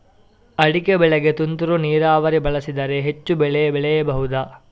ಅಡಿಕೆ ಬೆಳೆಗೆ ತುಂತುರು ನೀರಾವರಿ ಬಳಸಿದರೆ ಹೆಚ್ಚು ಬೆಳೆ ಬೆಳೆಯಬಹುದಾ?